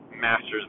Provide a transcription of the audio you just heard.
master's